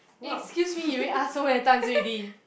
eh excuse me you already ask so many times already